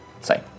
say